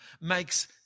makes